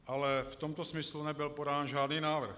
Ale v tomto smyslu nebyl podán žádný návrh.